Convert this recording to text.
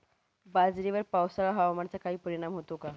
बाजरीवर पावसाळा हवामानाचा काही परिणाम होतो का?